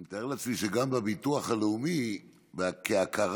אני מתאר לעצמי שבביטוח הלאומי בהכרה